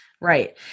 Right